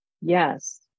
Yes